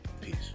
Peace